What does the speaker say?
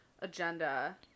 agenda